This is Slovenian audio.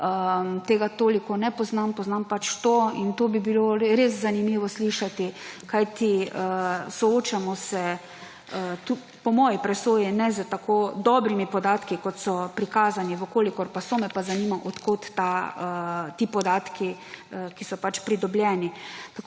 tega toliko ne poznam, poznam pač to in to bi bilo res zanimivo slišati, kajti po moji presoji se soočamo z ne tako dobrim podatki, kot so prikazani. V kolikor pa so, me pa zanima, od kod ti podatki, ki so pridobljeni.